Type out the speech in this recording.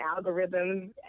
algorithms